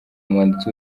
umwanditsi